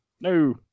No